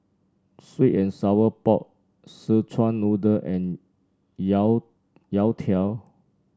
sweet and Sour Pork Szechuan Noodle and yao youtiao